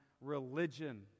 religion